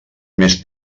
més